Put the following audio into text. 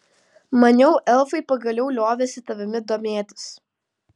maniau elfai pagaliau liovėsi tavimi domėtis